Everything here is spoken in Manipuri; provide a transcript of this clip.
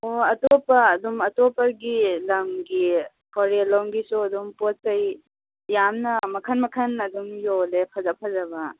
ꯑꯣ ꯑꯇꯣꯞꯄ ꯑꯗꯨꯝ ꯑꯇꯣꯞꯄꯒꯤ ꯂꯝꯒꯤ ꯐꯣꯔꯦꯜ ꯂꯣꯝꯒꯤꯁꯨ ꯑꯗꯨꯝ ꯄꯣꯠ ꯆꯩ ꯌꯥꯝꯅ ꯃꯈꯟ ꯃꯈꯟ ꯑꯗꯨꯝ ꯌꯣꯜꯂꯦ ꯐꯖ ꯐꯖꯕ